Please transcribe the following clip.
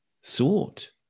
sought